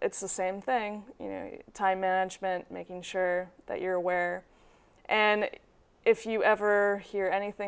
it's the same thing you know time management making sure that you're aware and if you ever hear anything